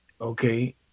okay